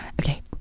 Okay